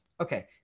Okay